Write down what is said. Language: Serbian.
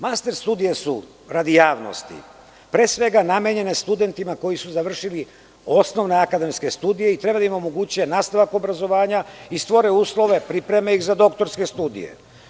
Master studije su, radi javnosti, pre svega namenjene studentima koji su završili osnovne akademske studije i treba da im omoguće nastavak obrazovanja i stvore uslove i pripreme ih za doktorske studije.